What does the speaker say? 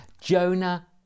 Jonah